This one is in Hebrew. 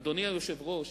אדוני היושב-ראש,